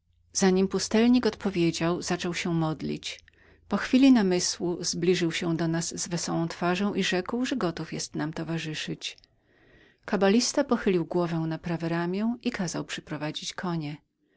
wyleczę pustelnik za nim odpowiedział zaczął się modlić po chwili namysłu zbliżył się do nas z wesołą twarzą i rzekł że gotów był nam towarzyszyć kabalista pochylił głowę na prawe ramię i kazał przyprowadzić konie